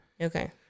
Okay